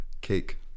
cake